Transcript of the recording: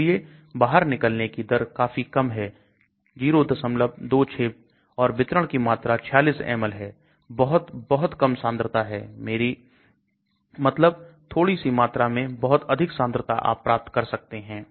इसलिए बाहर निकलने की दर काफी कम है 026 और वितरण की मात्रा 46 ml है बहुत बहुत कम सांद्रता है मेरा मतलब थोड़ी सी मात्रा में बहुत अधिक सांद्रता आप प्राप्त कर सकते हैं